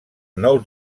nous